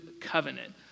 covenant